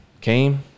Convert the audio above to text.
came